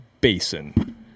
basin